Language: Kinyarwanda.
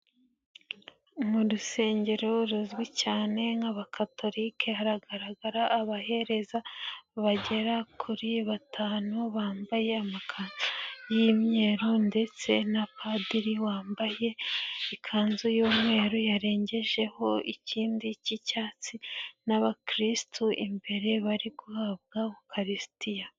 Mu rusengero ruzwi cyane nk'Abakatolike hagaragara abahereza bagera kuri batanu bambaye amakanzu y'imyeru ndetse na Padiri wambaye ikanzu y'umweru yarengejeho ikindi k'icyatsi n'abakirisitu imbere bari guhabwa Ukarisitiya.